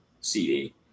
CD